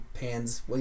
pans